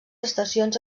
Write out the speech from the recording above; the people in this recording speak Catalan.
estacions